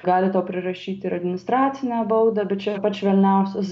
gali tau prirašyti ir administracinę baudą bet čia pats švelniausias